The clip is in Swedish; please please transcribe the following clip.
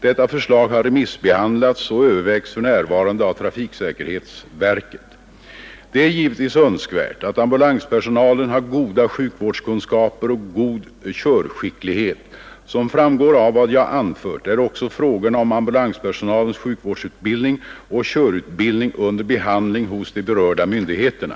Detta förslag har remissbehandlats och övervägs för närvarande av trafiksäkerhetsverket. Det är givetvis önskvärt att ambulanspersonalen har goda sjukvårdskunskaper och god körskicklighet. Som framgår av vad jag anfört är också frågorna om ambulanspersonalens sjukvårdsutbildning och körutbildning under behandling hos de berörda myndigheterna.